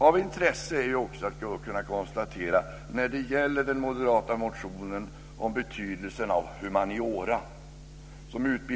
I sin vishet avstyrker utbildningsutskottet den moderata motionen om betydelsen av humaniora.